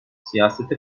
siyasete